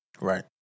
Right